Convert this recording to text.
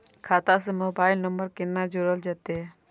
खाता से mobile number कोना जोरल जेते?